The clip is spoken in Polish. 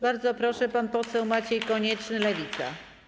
Bardzo proszę, pan poseł Maciej Konieczny, Lewica.